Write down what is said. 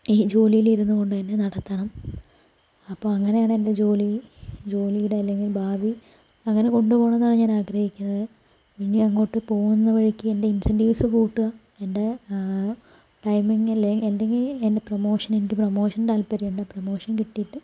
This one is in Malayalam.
ഈ ജോലിയിൽ ഇരുന്നുകൊണ്ട് തന്നെ നടത്തണം അപ്പോൾ അങ്ങനെയാണ് എൻ്റെ ജോലി ജോലിയുടെ അല്ലെങ്കിൽ ഭാവി അങ്ങനെ കൊണ്ടു പോകണം എന്നാണ് ഞാൻ ആഗ്രഹിക്കുന്നത് ഇനി അങ്ങോട്ട് പോകുന്ന വഴിക്ക് എൻ്റെ ഇന്സെന്റീവ്സ് കൂട്ടുക എൻ്റെ ടൈമിങ്ങിലേ അല്ലെങ്കിൽ എൻ്റെ പ്രമോഷൻ എനിക്ക് പ്രമോഷൻ താല്പര്യമുണ്ട് അപ്പോൾ പ്രമോഷൻ കിട്ടിയിട്ട്